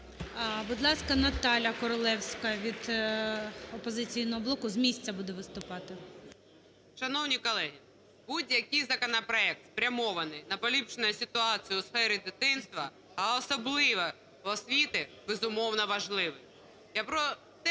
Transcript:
Будь ласка, НаталіяКоролевська від "Опозиційного блоку". З місця буде виступати. 13:39:34 КОРОЛЕВСЬКА Н.Ю. Шановні колеги, будь-який законопроект спрямований на поліпшення ситуації у сфері дитинства, а особливо в освіті, безумовно, важливий.